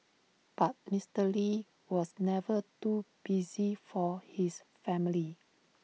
but Mister lee was never too busy for his family